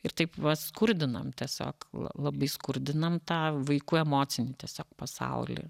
ir taip va skurdinam tiesiog la labai skurdinam tą vaikų emocinį tiesiog pasaulį